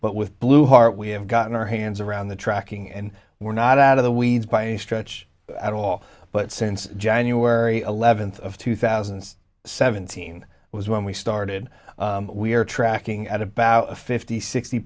with blue heart we have got her hands around the tracking and we're not out of the weeds by any stretch at all but since january eleventh of two thousand and seventeen was when we started we are tracking at about fifty sixty